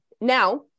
Now